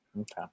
Okay